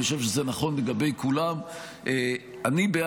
אני חושב שזה נכון לגבי כולם.